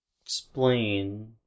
explain